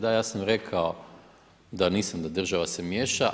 Da ja sam rekao, da nisam da država se miješa.